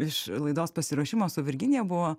iš laidos pasiruošimo su virginija buvo